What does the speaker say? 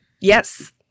Yes